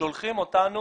שולחים אותנו